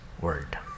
word